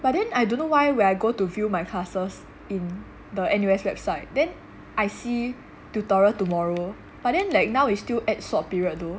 but then I don't know why when I go to view my classes in the N_U_S website then I see tutorial tomorrow but then like now is still add swap period though